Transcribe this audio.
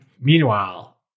Meanwhile